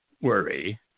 worry